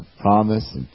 promise